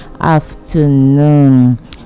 afternoon